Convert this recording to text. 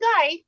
guy